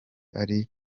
ari